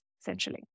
essentially